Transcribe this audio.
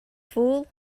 fool